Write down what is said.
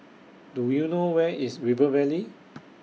Do YOU know Where IS River Valley